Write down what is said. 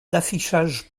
d’affichage